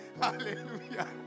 hallelujah